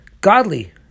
godly